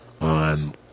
on